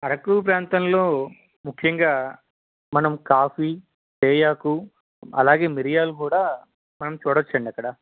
అరకు ప్రాంతంలో ముఖ్యంగా మనం కాఫీ తేయాకు అలాగే మిరియాలు కూడా మనం చూడచ్చండి అక్కడ